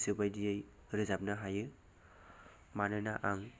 गोसोबायदियै रोजाबनो हायो मानोना आं